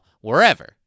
wherever